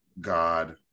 God